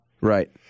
Right